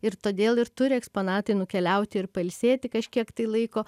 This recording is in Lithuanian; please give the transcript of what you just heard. ir todėl ir turi eksponatai nukeliauti ir pailsėti kažkiek tai laiko